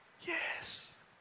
Yes